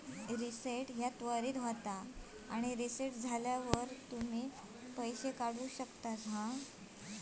reset त्वरीत होता आणि रीसेट झाल्यावर तुम्ही पैशे काढु शकतास